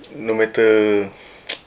no matter